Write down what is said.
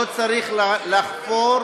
לא צריך לחפור,